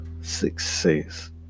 success